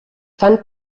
fan